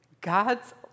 God's